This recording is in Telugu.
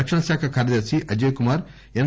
రక్షణ శాఖ కార్యదర్ని అజయ్ కుమార్ ఎస్